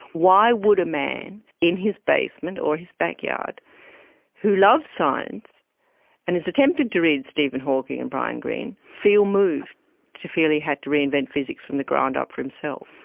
why would a man in his basement or his backyard who loves science and is attempting to read stephen hawking and brian greene feel moved to feel he had to reinvent physics from the ground up for himself?